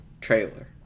trailer